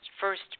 first